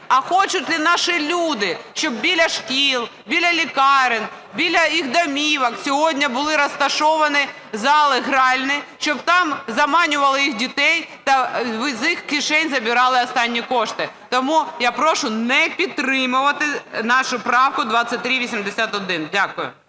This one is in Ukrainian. а хочуть наші люди, щоб біля шкіл, біля лікарень, біля їх домівок сьогодні були розташовані зали гральні, щоб там заманювали їх дітей та з їх кишень забирали останні кошти. Тому я прошу не підтримувати нашу правку 2381. Дякую.